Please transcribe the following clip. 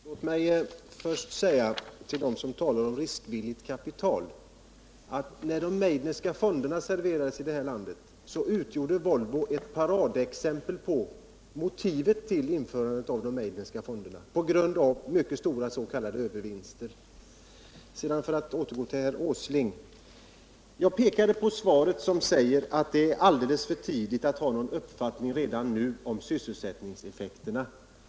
Herr talman! Låt mig först säga till dem som talar om riskvilligt kapital att när de Meidnerska fonderna serverades i det här landet utgjorde Volvo ett paradexempel på motivet för införandet av sådana fonder på grund av sina mycket stora s.k. övervinster. Sedan återgår jag till herr Åsling. Jag påpekade att han i svaret säger att det ännu är alldeles för tidigt att ha någon uppfattning om sysselsättningseffekterna.